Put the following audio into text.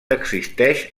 existeix